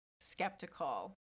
skeptical